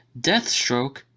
Deathstroke